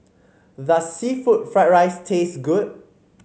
does seafood Fried Rice taste good